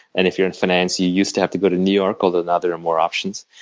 and if you're in finance you used to have to go to new york, although now there are more options.